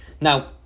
Now